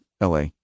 LA